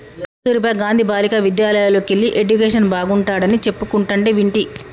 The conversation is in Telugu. కస్తుర్బా గాంధీ బాలికా విద్యాలయల్లోకెల్లి ఎడ్యుకేషన్ బాగుంటాడని చెప్పుకుంటంటే వింటి